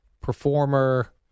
performer